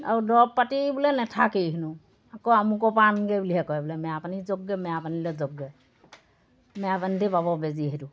আৰু দৰৱ পাতি বোলে নাথাকেই হেনো আকৌ আমুকৰ পৰা আনগা বুলিহে কয় বোলে মেৰাপানী যাওকগৈ মেৰাপানীলৈ যাওকগৈ মেৰাপানীতে পাব বেজী সেইটো